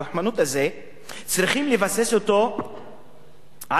צריכים לבסס אותו על מקורות